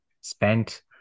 spent